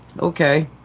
okay